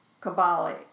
Kabbalah